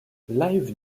live